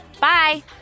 Bye